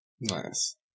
Nice